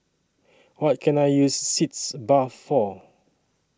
What Can I use Sitz Bath For